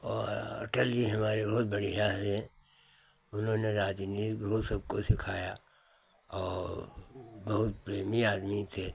ओ अटल जी हमारे बहुत बढ़िया हैं उन्होंने राजनीति बहुत सबको सिखाया औ बहुत प्रेमी आदमी थे